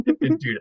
Dude